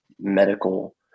medical